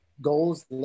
goals